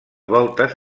voltes